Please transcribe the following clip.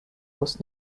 was